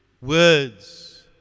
words